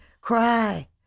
cry